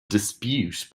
dispute